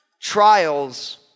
Trials